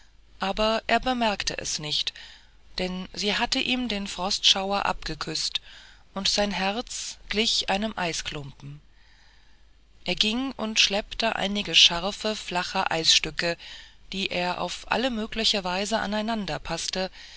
aber er merkte es nicht denn sie hatte ihm den frostschauer abgeküßt und sein herz glich einem eisklumpen er ging und schleppte einige scharfe flache eisstücke die er auf alle mögliche weise